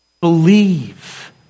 Believe